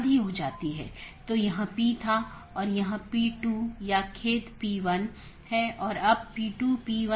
संचार में BGP और IGP का role BGP border gateway protocol और IGP इंटरनेट गेटवे प्रोटोकॉल